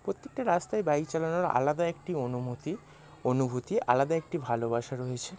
প্রত্যেকটা রাস্তায় বাইক চালানোর আলাদা একটা অনুমতি অনুভূতি আলাদা একটি ভালোবাসা রয়েছে